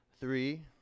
Three